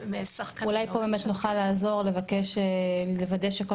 אולי פה באמת נוכל לעזור לבקש לוודא שכל